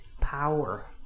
power